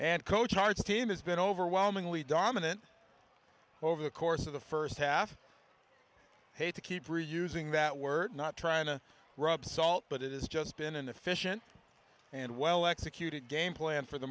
and coach hart's team has been overwhelmingly dominant over the course of the first half hate to keep reusing that we're not trying to rub salt but it is just been an efficient and well executed game plan for the